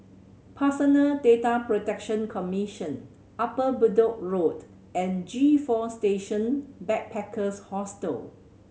Personal Data Protection Commission Upper Bedok Road and G Four Station Backpackers Hostel